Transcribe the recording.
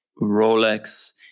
Rolex